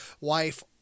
wife